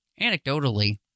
anecdotally